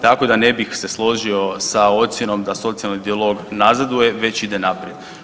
Tako da ne bi se složio sa ocjenom da socijalni dijalog nazaduje već ide naprijed.